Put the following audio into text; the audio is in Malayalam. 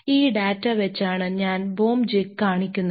ഈ ഡാറ്റ വച്ചാണ് ഞാൻ ബോം ജിഗ് കാണിക്കുന്നത്